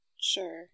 Sure